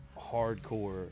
hardcore